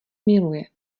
miluje